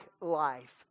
life